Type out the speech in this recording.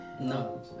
No